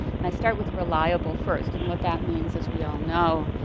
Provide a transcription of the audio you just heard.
and i start with reliable first, and what that means as we all know,